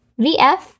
vf